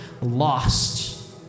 lost